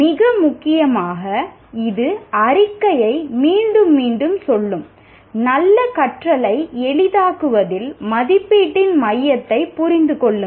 மிக முக்கியமாக இது அறிக்கையை மீண்டும் மீண்டும் சொல்லும் நல்ல கற்றலை எளிதாக்குவதில் மதிப்பீட்டின் மையத்தை புரிந்து கொள்ளுங்கள்